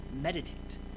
meditate